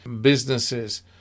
businesses